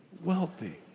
wealthy